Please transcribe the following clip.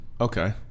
Okay